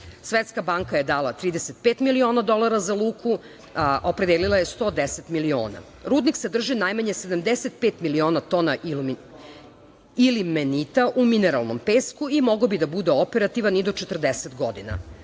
Svetska banka je dala 35 miliona dolara za luku, a opredelila je 110 miliona. Rudnik sadrži najmanje 75 miliona tona ilmenita u mineralnom pesku i mogao bi da bude operativan i do 40 godina.